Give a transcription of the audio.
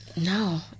No